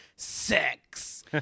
Sex